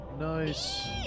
Nice